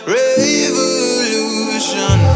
revolution